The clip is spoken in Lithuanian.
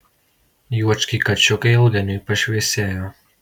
juočkiai kačiukai ilgainiui pašviesėjo